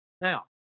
Now